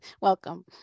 Welcome